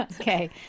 Okay